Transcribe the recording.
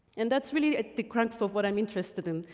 and that's really the crux of what i'm interested in.